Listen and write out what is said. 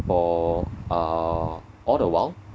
for uh all the while